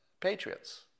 patriots